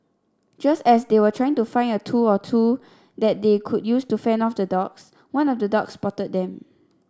just as they were trying to find a tool or two that they could use to fend off the dogs one of the dogs spotted them